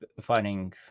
finding